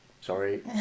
Sorry